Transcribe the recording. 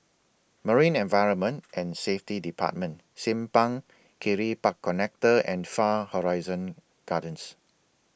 Marine Environment and Safety department Simpang Kiri Park Connector and Far Horizon Gardens